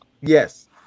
Yes